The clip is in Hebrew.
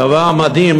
דבר מדהים,